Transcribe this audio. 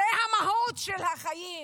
זו המהות של החיים,